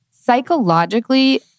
psychologically